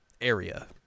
area